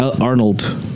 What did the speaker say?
Arnold